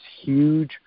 huge